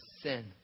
sin